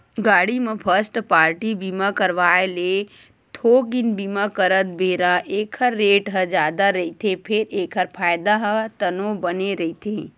गाड़ी म first party बीमा करवाय ले थोकिन बीमा करत बेरा ऐखर रेट ह जादा रहिथे फेर एखर फायदा ह तको बने रहिथे